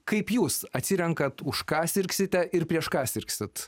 kaip jūs atsirenkate už ką sirgsite ir prieš ką sirgsite